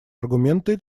аргументы